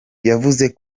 yavuze